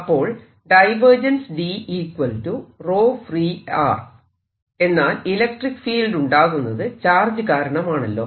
അപ്പോൾ എന്നാൽ electric field ഉണ്ടാകുന്നത് ചാർജ് കാരണമാണല്ലോ